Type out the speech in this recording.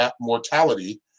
mortality